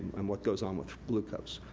um what goes on with glucose.